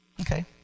Okay